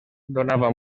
donava